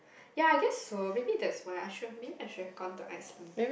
ya I guess so maybe that's why I should have maybe I should have gone to Iceland